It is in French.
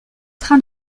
train